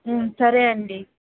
సరే అండీ